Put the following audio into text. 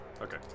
Okay